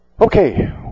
Okay